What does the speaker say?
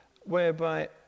whereby